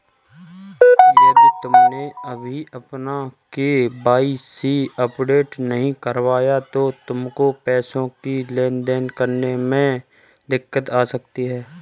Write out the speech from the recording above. यदि तुमने अभी अपना के.वाई.सी अपडेट नहीं करवाया तो तुमको पैसों की लेन देन करने में दिक्कत आ सकती है